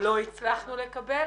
לא הצלחנו לקבל,